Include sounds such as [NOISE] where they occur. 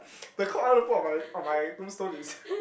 the quote I want to put on my on my tombstone is [LAUGHS]